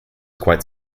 quite